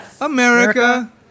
America